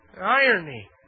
Irony